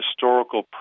historical